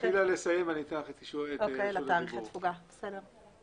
ניתן לליאת ארבל לסיים את דבריה ואחר כך תקבלי את רשות הדיבור.